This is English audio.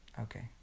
Okay